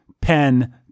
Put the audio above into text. pen